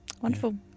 wonderful